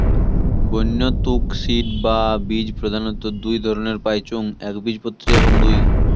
বন্য তুক সিড বা বীজ প্রধানত দুই ধরণের পাইচুঙ একবীজপত্রী এবং দুই